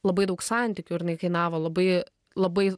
labai daug santykių ir jinai kainavo labai labai